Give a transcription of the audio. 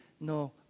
no